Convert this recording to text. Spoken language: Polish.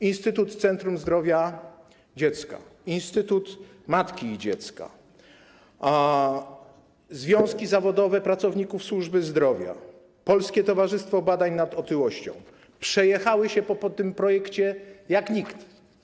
Instytut „Pomnik - Centrum Zdrowia Dziecka”, Instytut Matki i Dziecka, Związki Zawodowe Pracowników Służby Zdrowia, Polskie Towarzystwo Badań nad Otyłością przejechały się po tym projekcie jak nikt.